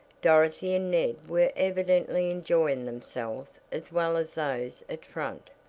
dorothy and ned were evidently enjoying themselves as well as those at front,